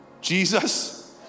Jesus